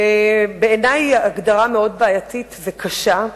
ובעיני היא הגדרה מאוד בעייתית וקשה,